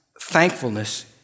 thankfulness